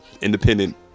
independent